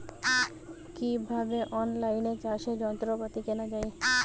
কিভাবে অন লাইনে চাষের যন্ত্রপাতি কেনা য়ায়?